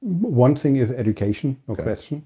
one thing is education, profession,